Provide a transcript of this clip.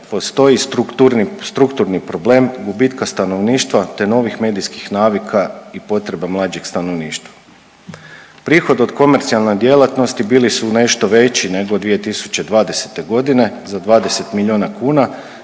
postoji strukturni problem gubitka stanovništva te novih medijskih navika i potreba mlađeg stanovništva. Prihodi od komercijalne djelatnosti bili su nešto veći nego 2020. godine za 20 miliona kuna